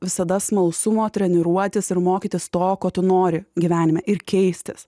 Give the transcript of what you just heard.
visada smalsumo treniruotis ir mokytis to ko tu nori gyvenime ir keistis